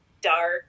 dark